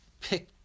Pick